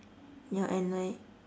ya and like